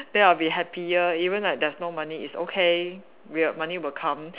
then I'll be happier even like there's no money it's okay will money will come